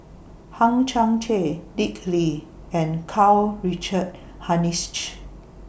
Hang Chang Chieh Dick Lee and Karl Richard Hanitsch